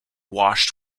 washed